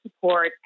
support